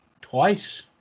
twice